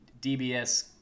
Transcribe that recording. DBS